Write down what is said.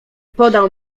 podał